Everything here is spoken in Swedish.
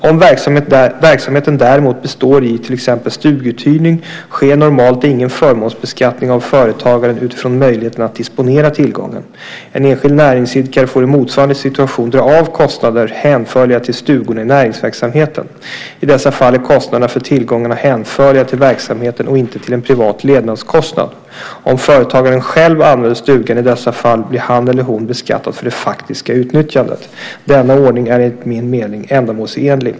Om verksamheten däremot består i till exempel stuguthyrning sker normalt ingen förmånsbeskattning av företagaren utifrån möjligheten att disponera tillgången. En enskild näringsidkare får i motsvarande situation dra av kostnader hänförliga till stugorna i näringsverksamheten. I dessa fall är kostnaderna för tillgångarna hänförliga till verksamheten och inte till en privat levnadskostnad. Om företagaren själv använder stugan i dessa fall blir han eller hon beskattad för det faktiska utnyttjandet. Denna ordning är enligt min mening ändamålsenlig.